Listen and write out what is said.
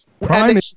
Prime